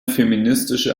feministische